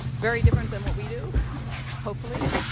very different than what we do hopefully.